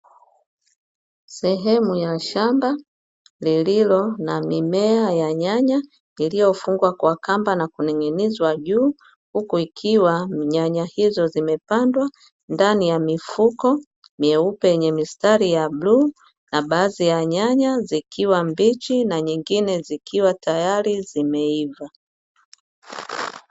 Sehemu ya shamba lililo na mimea ya nyanya iliyofungwa kwa kamba na kuning’inizwa juu huku ikiwa, nyanya hizo zimepandwa ndani ya mifuko myeupe yenye mistari ya bluu na baadhi ya nyanya zikiwa mbichi na zingine zikiwa tayari zimeiva.